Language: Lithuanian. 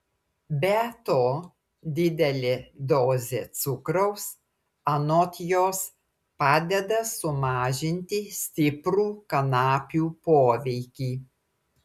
be to didelė dozė cukraus anot jos padeda sumažinti stiprų kanapių poveikį